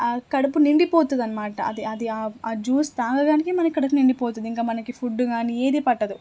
కడుపు నిండిపోతుంది అనమాట అది ఆ జ్యూస్ తాగగానే మనకి కడుపు నిండిపోతుంది ఇంక ఫుడ్డు కానీ ఏదీ పట్టదు